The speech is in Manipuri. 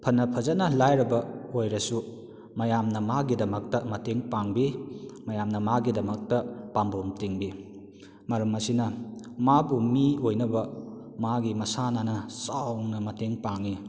ꯐꯅ ꯐꯖꯅ ꯂꯥꯏꯔꯕ ꯑꯣꯏꯔꯕꯁꯨ ꯃꯌꯥꯝꯅ ꯃꯒꯤꯗꯃꯛꯇ ꯃꯇꯦꯡ ꯄꯥꯡꯕꯤ ꯃꯌꯥꯝꯅ ꯃꯥꯒꯤꯗꯃꯛꯇ ꯄꯥꯝꯕꯣꯝ ꯇꯤꯡꯕꯤ ꯃꯔꯝ ꯑꯁꯤꯅ ꯃꯥꯕꯨ ꯃꯤ ꯑꯣꯏꯅꯕ ꯃꯥꯒꯤ ꯃꯁꯥꯟꯅꯅ ꯆꯥꯎꯅ ꯃꯇꯦꯡ ꯄꯥꯡꯏ